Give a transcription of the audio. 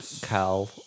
Cal